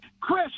Chris